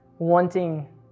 wanting